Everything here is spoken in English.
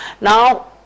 Now